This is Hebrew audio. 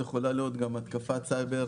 יכולה להיות התקפת סייבר